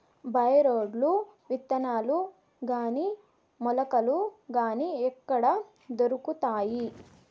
By రోడ్లు విత్తనాలు గాని మొలకలు గాని ఎక్కడ దొరుకుతాయి?